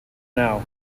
now